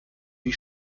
die